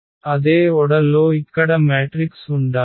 అదే order లో ఇక్కడ మ్యాట్రిక్స్ ఉండాలి